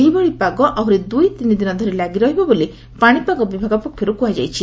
ଏହିଭଳି ପାଗ ଆହୁରି ଦୁଇତିନି ଦିନ ଧରି ଲାଗି ରହିବ ବୋଲି ପାଶିପାଗ ବିଭାଗ ପକ୍ଷରୁ କୁହାଯାଇଛି